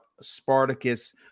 Spartacus